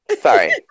Sorry